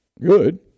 Good